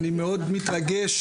אני מאוד מתרגש,